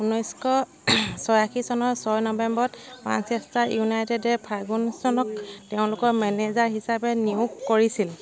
ঊনৈশ ছয়াশী চনৰ ছয় নৱেম্বৰত মানচেষ্টাৰ ইউনাইটেডে ফাৰ্গুছনক তেওঁলোকৰ মেনেজাৰ হিচাপে নিয়োগ কৰিছিল